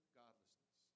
godlessness